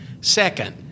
Second